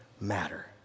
matter